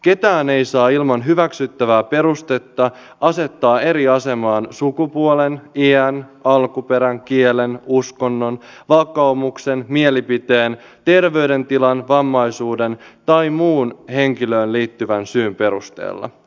ketään ei saa ilman hyväksyttävää perustetta asettaa eri asemaan sukupuolen iän alkuperän kielen uskonnon vakaumuksen mielipiteen terveydentilan vammaisuuden tai muun henkilöön liittyvän syyn perusteella